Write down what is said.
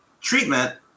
treatment